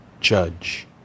judge